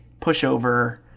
pushover